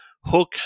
hook